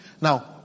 Now